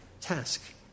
task